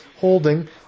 holding